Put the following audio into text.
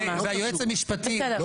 והיועץ המשפטי --- זה מלפני המלחמה.